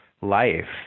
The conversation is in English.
life